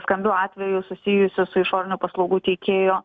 skambių atvejų susijusių su išorinio paslaugų tiekėjo